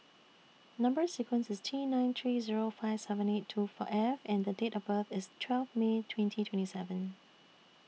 Number sequence IS T nine three Zero five seven eight two F and Date of birth IS twelve May twenty twenty seven